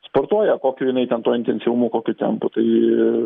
sportuoja kokiu jinai ten tuo intensyvumu kokiu tempu tai